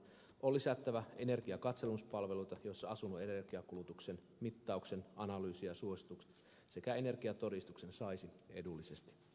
on lisättävä energiakatselmuspalveluita joissa asunnon energiankulutuksen mittauksen analyysin ja suositukset sekä energiatodistuksen saisi edullisesti